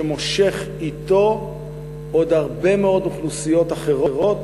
שמושך אתו עוד הרבה מאוד אוכלוסיות אחרות